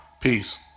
Peace